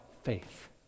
faith